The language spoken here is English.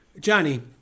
Johnny